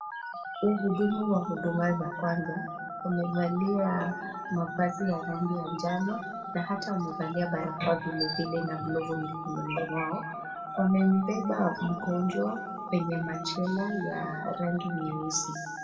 Wahudumu wa huduma za kwanza, wamevalia mavazi ya rangi ya njano, na hata wamevalia barakoa vile vile na glavu mikononi mwao. Wamembeba mgonjwa, kwenye machela ya rangi nyeusi.